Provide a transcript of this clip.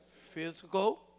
physical